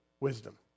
wisdom